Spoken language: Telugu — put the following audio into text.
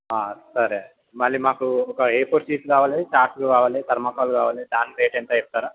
సరే మళ్ళీ మాకు ఒక ఏ ఫోర్ షీట్స్ కావాలి చార్ట్స్ కావాలి థర్మాకోల్ కావాలి దాని రేట్ ఎంతో చెప్తారా